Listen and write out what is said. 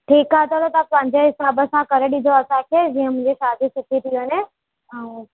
ठीकु आहे त चलो तव्हां पंहिंजे हिसाब सां करे ॾिजो असांखे जीअं मुंहिंजी शादी सुठी थी वञे ऐं